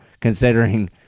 considering